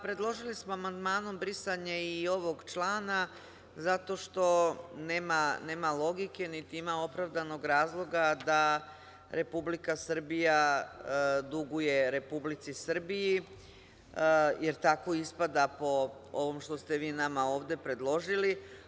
Predložili smo amandmanom brisanje i ovog člana, zato što nema logike, niti ima opravdanog razloga da Republika Srbija duguje Republici Srbiji, jer tako ispada po ovom što ste vi nama ovde predložili.